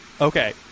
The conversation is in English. Okay